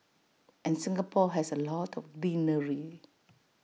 and Singapore has A lot of greenery